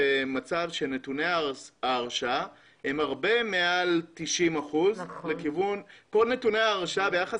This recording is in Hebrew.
הם הרבה מעל 90%. נתוני ההרשעה פה ביחס